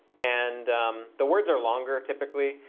and the words are longer, typically.